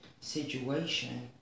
situation